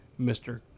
Mr